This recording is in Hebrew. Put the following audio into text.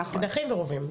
אקדחים ורובים.